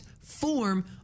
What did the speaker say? form